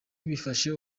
bifasha